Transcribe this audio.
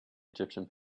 egyptian